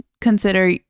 consider